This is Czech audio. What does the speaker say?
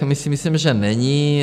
My si myslíme, že není.